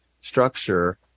structure